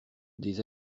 des